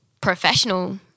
professional